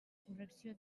correcció